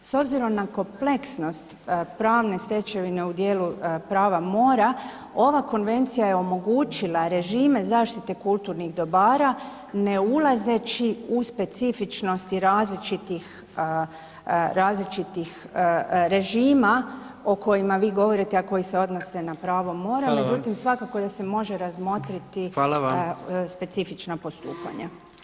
S obzirom na kompleksnost pravne stečevine u dijelu prava mora, ova konvencija je omogućila režime zaštite kulturnih dobara ne ulazeći u specifičnosti različitih, različitih režima o kojima vi govorite, a koji se odnose na pravo mora [[Upadica: Hvala vam]] Međutim, svakako da se može razmotriti [[Upadica: Hvala vam]] specifična postupanja.